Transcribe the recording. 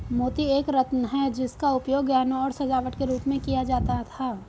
मोती एक रत्न है जिसका उपयोग गहनों और सजावट के रूप में किया जाता था